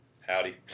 Howdy